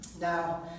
Now